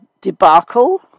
debacle